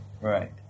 Right